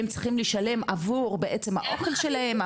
הם צריכים לשלם עבור בעצם האוכל שלהם?